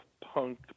punk